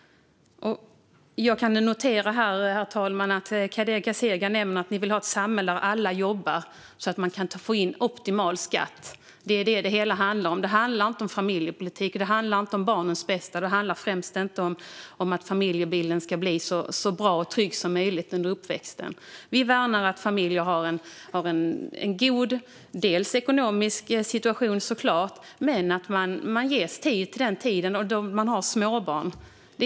Herr talman! Jag kunde här notera att Kadir Kasirga nämnde att ni vill ha ett samhälle där alla jobbar så att man kan få in optimal skatt. Det är det som det hela handlar om. Det handlar inte om familjepolitik, det handlar inte om barnens bästa och det handlar inte främst om att familjen ska bli så bra och trygg som möjligt under barnens uppväxt. Vi värnar såklart om att familjer ska ha en god ekonomisk situation men också om att de ges tid då de har småbarn.